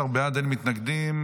16 בעד, אין מתנגדים.